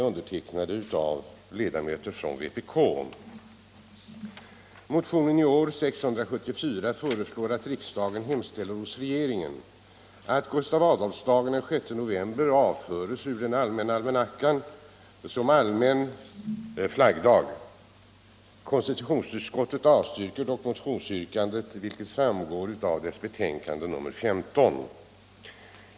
Vidare är båda motionerna undertecknade av ledamöter från vpk.